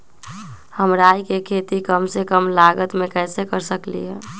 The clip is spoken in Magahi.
हम राई के खेती कम से कम लागत में कैसे कर सकली ह?